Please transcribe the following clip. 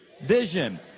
Vision